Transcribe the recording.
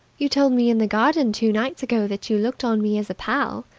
you told me in the garden two nights ago that you looked on me as a pal.